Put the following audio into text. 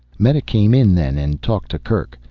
meta came in then and talked to kerk.